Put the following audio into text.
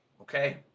Okay